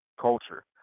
culture